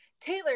taylor